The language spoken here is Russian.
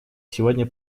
сегодня